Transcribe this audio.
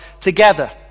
together